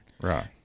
Right